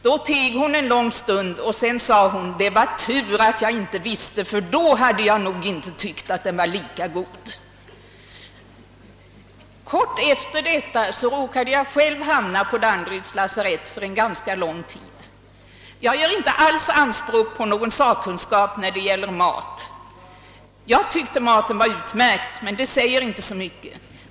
Då teg hon en lång stund och sedan sade hon: »Det var tur att jag inte visste det, för då hade jag nog inte tyckt att den var lika god.» Kort tid därefter råkade jag själv hamna på Danderyds lasarett för en ganska lång tid. Jag gör inte alls anspråk på någon sakkunskap när det gäller mat. Jag tyckte maten var utmärkt, men det säger inte så mycket.